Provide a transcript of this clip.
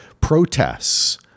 protests